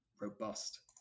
robust